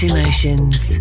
Emotions